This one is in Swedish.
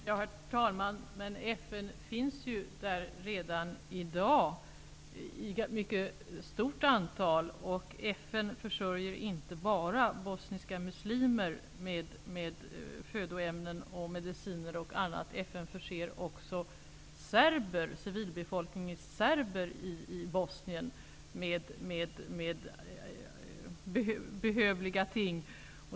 Herr talman! Men FN finns ju där redan i dag i form av ett mycket stort antal personer, och FN försörjer inte bara bosniska muslimer med födoämnen, mediciner och annat -- FN förser också den serbiska civilbefolkningen i Bosnien med behövliga ting.